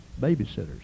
babysitters